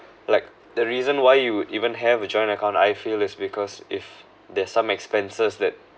like the reason why you even have a joint account I feel it's because if there's some expenses that